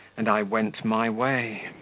and i went my way.